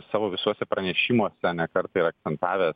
savo visuose pranešimuose ne kartą yra akcentavęs